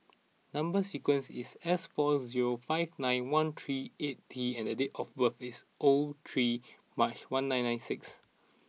number sequence is S four zero five nine one three eight T and date of birth is O three March one nine nine six